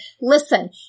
Listen